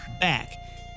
back